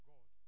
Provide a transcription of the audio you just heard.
God